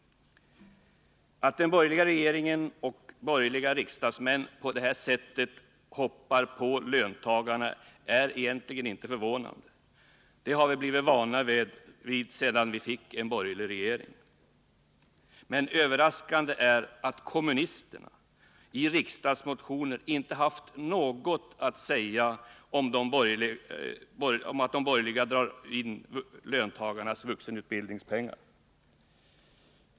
Att den borgerliga regeringen och borgerliga riksdagsmän på detta sätt hoppar på löntagarna är egentligen inte förvånande. Det har vi blivit vana vid sedan vi fick en borgerlig regering. Mer överraskande är att kommunisterna i riksdagsmotioner inte haft något att säga om att de borgerliga drar in löntagarnas vuxenutbildningspengar.